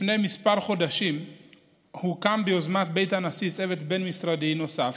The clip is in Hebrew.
לפני כמה חודשים הוקם ביוזמת בית הנשיא צוות בין-משרדי נוסף,